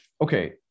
okay